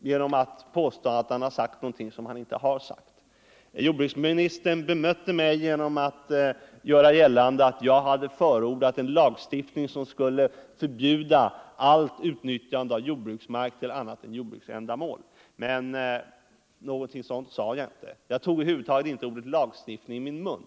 genom att påstå att han har sagt någonting som han inte har sagt. Jordbruksministern bemötte mig genom att göra gällande att jag hade förordat en lagstiftning, som skulle förbjuda allt utnyttjande av jordbruksmark för annat än jordbruksändamål. Någonting sådant sade jag inte. Jag tog över huvud taget inte ordet lagstiftning i min mun.